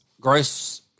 Gross